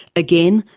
again,